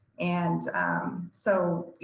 and so, you